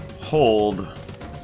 hold